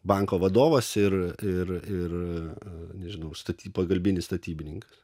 banko vadovas ir ir nežinau staty pagalbinis statybininkas